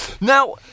now